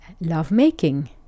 lovemaking